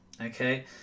Okay